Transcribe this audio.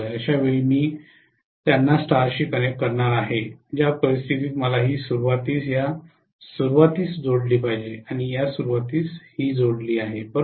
अशा वेळी मी त्यांना स्टारशी कनेक्ट करणार आहे ज्या परिस्थितीत मला ही सुरवातीस या सुरूवातीस जोडली पाहिजे आणि ही या सुरुवातीस जोडली आहे बरोबर